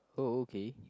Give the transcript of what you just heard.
uh okay